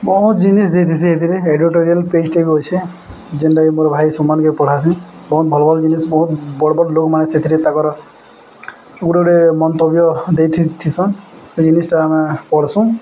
ବହୁତ ଜିନିଷ ଦେଇଥିସି ସେଥିରେ ଏଡ଼ିଟୋରିଆଲ୍ ପେଜ୍ଟା ବି ଅଛେ ଯେନ୍ଟା କି ମୋର ଭାଇ ସୁମାନକେ ପଢ଼ାସିନ୍ ବହୁତ ଭଲ ଭଲ ଜିନିଷ୍ ବହୁତ ବଡ଼ ବଡ଼ ଲୋକ୍ମାନେ ସେଥିରେ ତାଙ୍କର ଗୋଟେ ଗୋଟେ ମନ୍ତବ୍ୟ ଦେଇଥିସନ୍ ସେ ଜିନିଷ୍ଟା ଆମେ ପଢ଼ସୁଁ